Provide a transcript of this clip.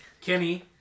Kenny